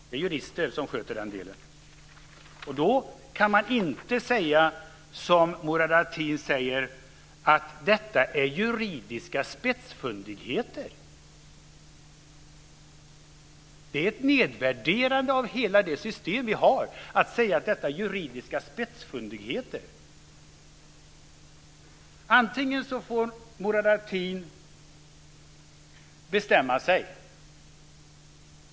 Det är jurister som sköter den delen. Då kan man inte säga som Murad Artin att detta är juridiska spetsfundigheter. Det är ett nedvärderande av hela det system vi har att säga att det är juridiska spetsfundigheter. Murad Artin får bestämma sig.